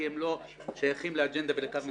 כי הם לא שייכים לאג'נדה לקו מסוים.